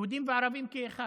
יהודים וערבים כאחד,